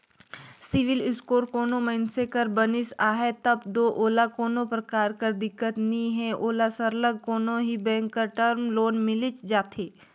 CIBIL score कोनो मइनसे कर बनिस अहे तब दो ओला कोनो परकार कर दिक्कत नी हे ओला सरलग कोनो भी बेंक कर टर्म लोन मिलिच जाथे